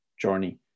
journey